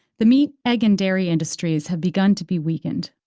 the meat, egg, and dairy industries have begun to be weakened.